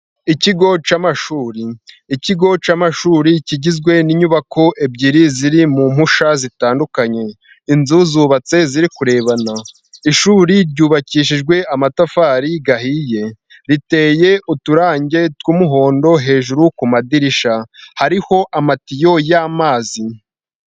Ikigo cy'amashuri kigizwe n'inyubako ebyiri ziri mu mpusha zitandukanye. inzu zubatse ziri kurebana ishuri ryubakishijwe amatafari ahiye riteye uturange tw'umuhondo hejuru ku madirisha hariho amatiyo yamazi.